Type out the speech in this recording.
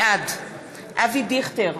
בעד אבי דיכטר,